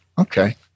Okay